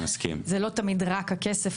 זה לא תמיד רק הכסף,